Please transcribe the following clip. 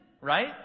right